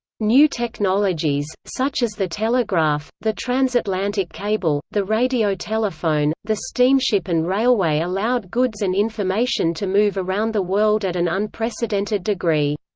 new technologies, such as the telegraph, the transatlantic cable, the radiotelephone, the steamship and railway allowed goods and information to move around the world at an unprecedented degree.